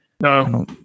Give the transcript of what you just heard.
No